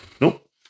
Nope